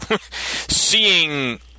seeing